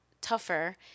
tougher